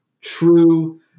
true